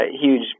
huge